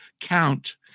count